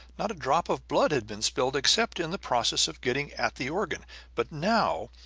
not a drop of blood had been spilled except in the process of getting at the organ but now,